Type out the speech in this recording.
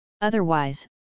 Otherwise